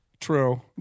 True